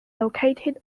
located